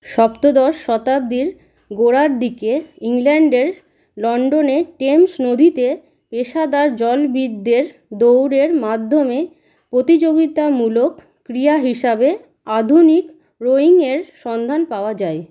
সপ্তদশ শতাব্দীর গোড়ার দিকে ইংল্যান্ডের লন্ডনে টেমস নদীতে পেশাদার জলবিদদের দৌড়ের মাধ্যমে প্রতিযোগিতামূলক ক্রীড়া হিসাবে আধুনিক রোয়িংয়ের সন্ধান পাওয়া যায়